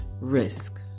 risk